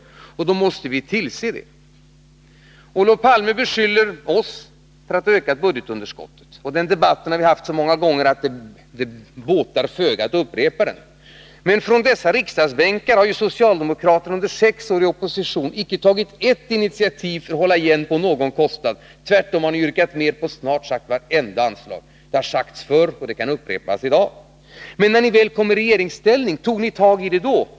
Och då måste vi tillse att det blir så. Olof Palme beskyller oss för att ha ökat budgetunderskottet. Den debatten har vi haft så många gånger att det båtar föga att upprepa den. Men från dessa riksdagsbänkar har ju socialdemokraterna under sex år i opposition icke tagit ett initiativ för att hålla igen på någon kostnad. Tvärtom har de yrkat mer på snart sagt vartenda anslag. Detta har sagts förr, och det kan upprepas i dag. Men när ni väl kom i regeringsställning — tog ni tag i detta problem?